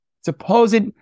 supposed